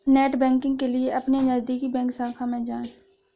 net banking के लिए अपने नजदीकी बैंक शाखा में जाए